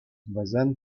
вӗсен